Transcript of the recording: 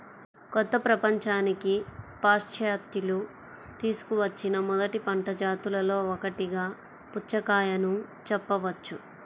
కొత్త ప్రపంచానికి పాశ్చాత్యులు తీసుకువచ్చిన మొదటి పంట జాతులలో ఒకటిగా పుచ్చకాయను చెప్పవచ్చు